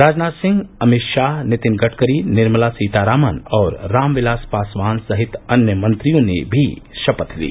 राजनाथ सिंह अमित शाह नितिन गडकरी निर्मला सीतारामन और रामविलास पासवान सहित अन्य मंत्रियों ने भी शपथ ली